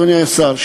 אדוני השר,